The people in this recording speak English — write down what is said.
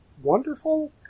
wonderful